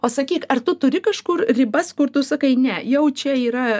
o sakyk ar tu turi kažkur ribas kur tu sakai ne jau čia yra